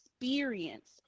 experience